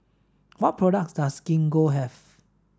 what products does Gingko have